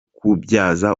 kubyaza